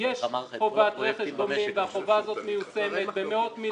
יש חובת רכש גומלין והחובה הזאת מיושמת במאות מיליונים.